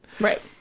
Right